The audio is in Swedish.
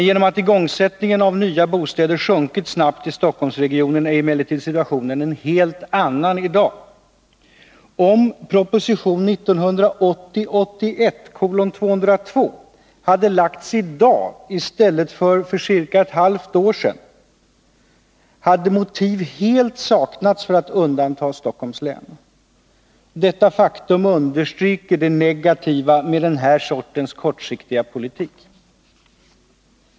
Genom att igångsättningen av nya bostäder sjunkit snabbt i Stockholmsregionen är emellertid situationen en annan i dag. Om proposition 1980/81:202 hade lagts fram i dag, ett halvt år senare, hade motiv saknats för att undanta Stockholms län. Detta faktum understryker det negativa med den här sortens kortsiktiga åtgärder.